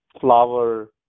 flower